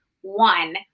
one